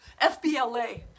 FBLA